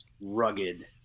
rugged